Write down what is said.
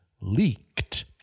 leaked